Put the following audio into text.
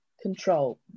control